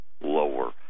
lower